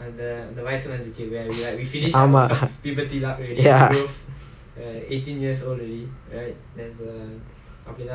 ஆமா:aamaa